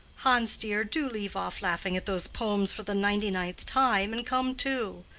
hans, dear, do leave off laughing at those poems for the ninety-ninth time, and come too.